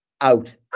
out